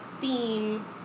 theme